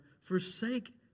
forsake